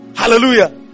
Hallelujah